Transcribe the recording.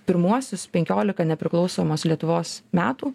pirmuosius penkiolika nepriklausomos lietuvos metų